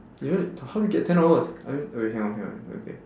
how do you get ten hours I mean wait hang on hang on okay